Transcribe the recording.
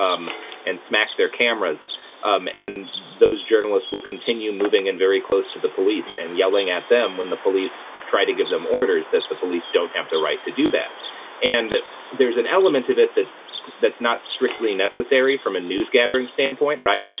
um and smack their cameras and those journalists will continue moving and very close to the police and yelling at them when the police try to give them orders that the police don't have the right to do that and there's an element of it that's that's not strictly necessary from a news gathering standpoint, right?